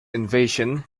invasions